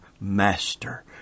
Master